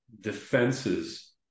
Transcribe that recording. defenses